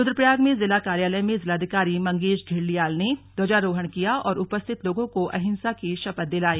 रुद्रप्रयाग में जिला कार्यालय में जिलाधिकारी मंगेश घिल्डियाल ने ध्वजारोहण किया और उपस्थित लोगों को अहिंसा की शपथ दिलाई